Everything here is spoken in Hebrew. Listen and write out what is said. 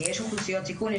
יש אוכלוסיות סיכון,